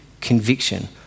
conviction